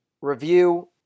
review